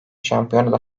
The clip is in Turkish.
şampiyonada